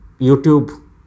YouTube